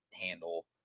handle